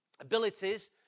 abilities